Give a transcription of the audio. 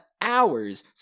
hours